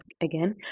again